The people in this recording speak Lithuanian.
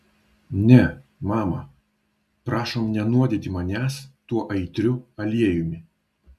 ne mama prašom nenuodyti manęs tuo aitriu aliejumi